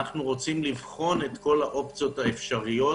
אנחנו רוצים לבחון את כל האופציות האפשריות